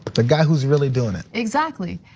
the guy who's really doing it. exactly.